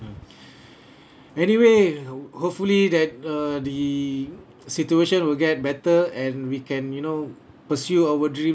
anyway hopefully that uh the situation will get better and we can you know pursue our dream